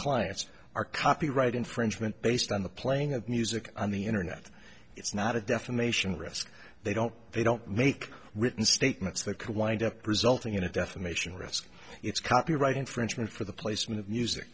clients are copyright infringement based on the playing of music on the internet it's not a defamation risk they don't they don't make written statements that could wind up resulting in a defamation risk it's copyright infringement for the placement of music